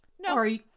No